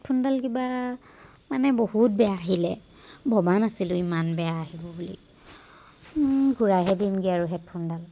হেডফোনডাল কিবা মানে বহুত বেয়া আহিলে ভবা নাছিলোঁ ইমান বেয়া আহিব বুলি ঘূৰাইহে দিমগৈ আৰু হেডফোনডাল